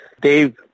Dave